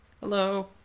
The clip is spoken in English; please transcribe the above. Hello